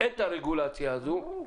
את הרגולציה הזו --- ברור.